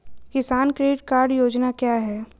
किसान credit card योजना क्या है?